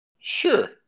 sure